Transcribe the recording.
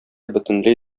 бөтенләй